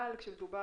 כל המאמצים של משרד